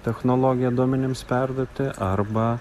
technologiją duomenims perduoti arba